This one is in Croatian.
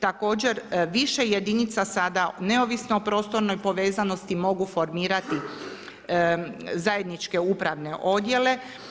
Također više jedinica sada neovisno o prostornoj povezanosti mogu formirati zajedničke upravne odjela.